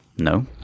No